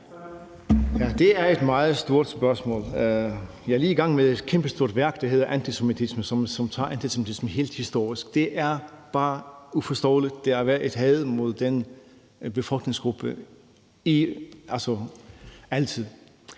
Det er et meget stort spørgsmål. Jeg er lige i gang med et kæmpestort værk, der hedder Antisemitisme, og som tager fat på antisemitismen helt historisk. Det er bare uforståeligt. Der har været et had mod den befolkningsgruppe, altså